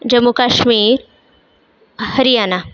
Jammu Kashmir Haryana